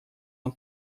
uma